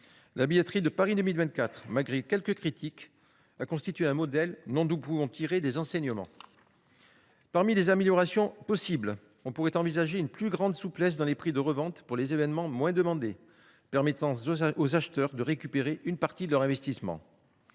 La billetterie de Paris 2024, même si elle a suscité quelques critiques, a constitué un modèle dont nous pouvons tirer des enseignements. Parmi les améliorations possibles, on pourrait envisager une plus grande souplesse dans la fixation des prix de revente pour les événements moins demandés, permettant aux acheteurs de récupérer une partie de leur investissement.